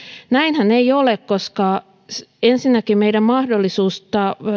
näinhän ei ole koska ensinnäkin meidän mahdollisuuttamme